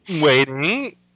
waiting